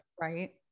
Right